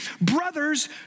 Brothers